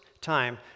time